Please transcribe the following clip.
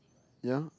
yea